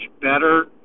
better